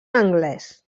anglès